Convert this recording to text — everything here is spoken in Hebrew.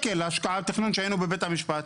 כשהיינו בבית המשפט,